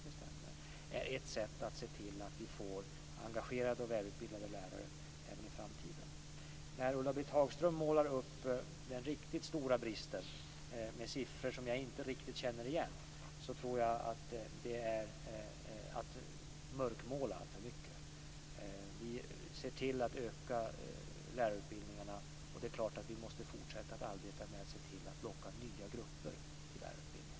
Det är ett sätt att se till att vi får engagerade och välutbildade lärare även i framtiden. Ulla-Britt Hagström målar upp den riktigt stora bristen med siffror som jag inte riktigt känner igen. Jag tror att det är att svartmåla för mycket. Vi ökar lärarutbildningarna nu, och det är klart att vi måste fortsätta att arbeta med att locka nya grupper till lärarutbildningarna framöver.